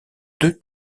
deux